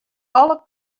alle